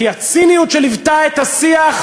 כי הציניות שליוותה את השיח,